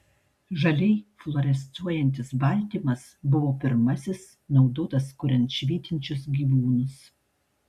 žaliai fluorescuojantis baltymas buvo pirmasis naudotas kuriant švytinčius gyvūnus